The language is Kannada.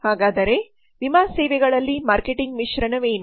ಹಾಗಾದರೆ ವಿಮಾ ಸೇವೆಗಳಲ್ಲಿ ಮಾರ್ಕೆಟಿಂಗ್ ಮಿಶ್ರಣವೇನು